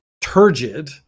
turgid